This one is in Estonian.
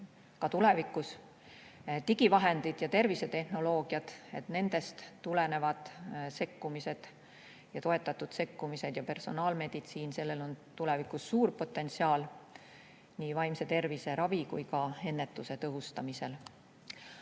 ka tulevikus. Digivahendid ja tervisetehnoloogiad, nendest tulenevad sekkumised ja toetatud sekkumised ja personaalmeditsiin – sellel on tulevikus suur potentsiaal nii vaimse tervise ravi kui ka ennetuse tõhustamisel.